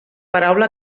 paraula